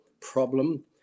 problem